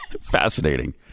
Fascinating